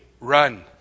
run